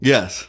Yes